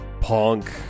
punk